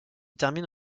termine